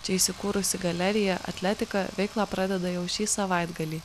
čia įsikūrusi galerija atletika veiklą pradeda jau šį savaitgalį